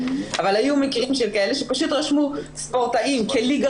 אבל היו מקרים של כאלה שפשוט רשמו ספורטאים כליגה